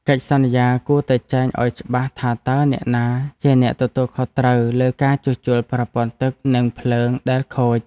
កិច្ចសន្យាគួរតែចែងឱ្យច្បាស់ថាតើអ្នកណាជាអ្នកទទួលខុសត្រូវលើការជួសជុលប្រព័ន្ធទឹកនិងភ្លើងដែលខូច។